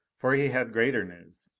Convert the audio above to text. for he had greater news.